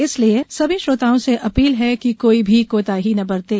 इसलिए सभी श्रोताओं से अपील है कि कोई भी कोताही न बरतें